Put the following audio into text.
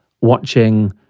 watching